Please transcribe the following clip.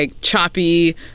choppy